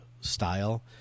style